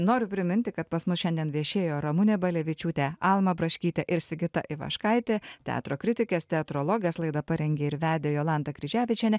noriu priminti kad pas mus šiandien viešėjo ramunė balevičiūtė alma braškytė ir sigita ivaškaitė teatro kritikės teatrologės laidą parengė ir vedė jolanta kryževičienė